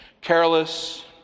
careless